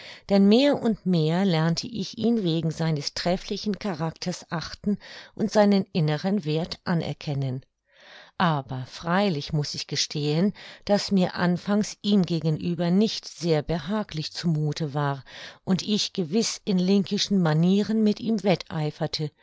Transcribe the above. denn mehr und mehr lernte ich ihn wegen seines trefflichen charakters achten und seinen inneren werth anerkennen aber freilich muß ich gestehen daß mir anfangs ihm gegenüber nicht sehr behaglich zu muthe war und ich gewiß in linkischen manieren mit ihm wetteiferte